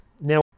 Now